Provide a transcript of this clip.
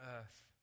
earth